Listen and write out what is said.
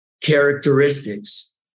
characteristics